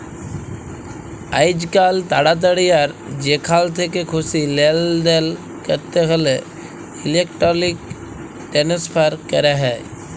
আইজকাল তাড়াতাড়ি আর যেখাল থ্যাকে খুশি লেলদেল ক্যরতে হ্যলে ইলেকটরলিক টেনেসফার ক্যরা হয়